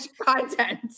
content